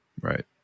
Right